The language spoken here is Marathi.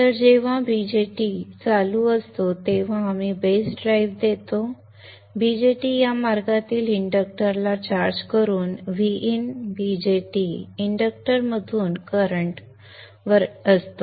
तर जेव्हा BJT चालू असतो तेव्हा आम्ही बेस ड्राइव्ह देतो BJT या मार्गातील इंडक्टरला चार्ज करून Vin BJT इंडक्टरमधून प्रवाहित करंटवर असतो